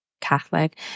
Catholic